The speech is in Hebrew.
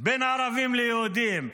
לערבים ויהודים?